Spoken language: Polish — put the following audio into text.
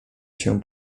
się